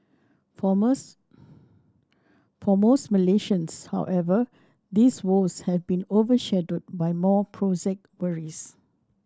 for most for most Malaysians however these woes have been overshadowed by more prosaic worries